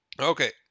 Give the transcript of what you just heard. Okay